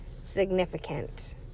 significant